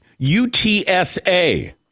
UTSA